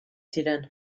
ziren